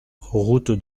route